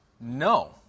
No